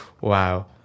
Wow